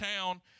town